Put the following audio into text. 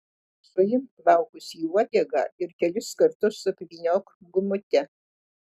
suimk plaukus į uodegą ir kelis kartus apvyniok gumute